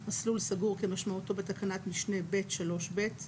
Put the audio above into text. "מסלול סגור" כמשמעותו בתקנת משנה (ב)(3)(ב);